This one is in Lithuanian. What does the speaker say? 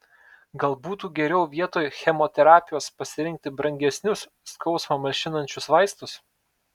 gal būtų geriau vietoj chemoterapijos pasirinkti brangesnius skausmą malšinančius vaistus